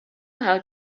how